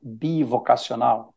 bivocacional